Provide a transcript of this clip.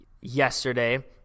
yesterday